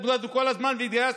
התמודדנו כל הזמן והתגייסנו.